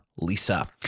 Lisa